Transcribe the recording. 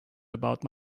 about